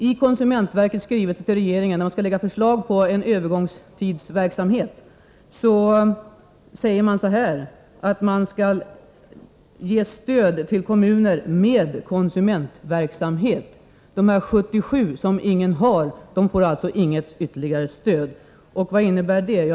I konsumentverkets skrivelse till regeringen, med förslag om en verksamhet under en övergångstid, säger man att man skall ge stöd till kommuner med konsumentverksamhet. Dessa 77 som ingen har, de får alltså inget ytterligare stöd. Vad innebär det?